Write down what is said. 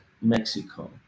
Mexico